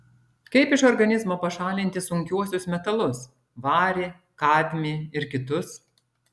kaip iš organizmo pašalinti sunkiuosius metalus varį kadmį ir kitus